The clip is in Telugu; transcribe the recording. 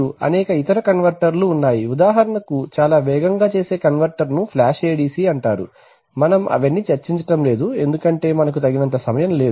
అనేక ఇతర కన్వర్టర్లు ఉన్నాయి ఉదాహరణకు చాలా వేగంగా చేసే కన్వర్టర్ను ఫ్లాష్ ADC అంటారు మనం అవన్నీ చర్చించటం లేదు ఎందుకంటే మనకు తగినంత సమయం లేదు